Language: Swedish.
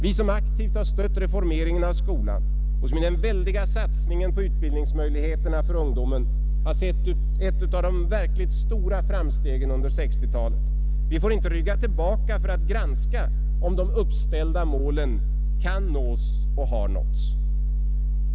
Vi som aktivt har stött reformeringen av skolan och som i den väldiga satsningen på utbildningsmöjligheterna för landets ungdom sett ett av de verkligt stora framstegen under 1960-talet, vi får inte rygga tillbaka för att granska om de uppställda målen verkligen kan nås och har nåtts.